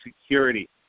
security